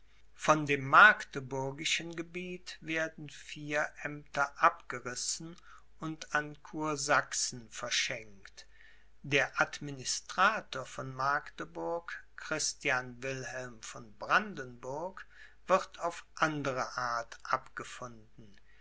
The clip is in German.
von dem magdeburgischen gebiet werden vier aemter abgerissen und an kursachsen verschenkt der administrator von magdeburg christian wilhelm von brandenburg wird auf andere art abgefunden